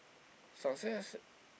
success